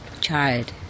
child